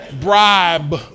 Bribe